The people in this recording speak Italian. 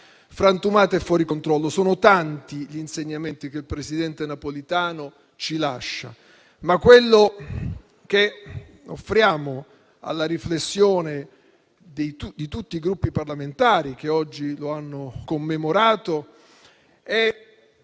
frantumata e fuori controllo. Sono tanti gli insegnamenti che il presidente Napolitano ci ha lasciato, ma quello che offriamo alla riflessione di tutti i Gruppi parlamentari che oggi lo hanno commemorato è